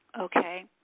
okay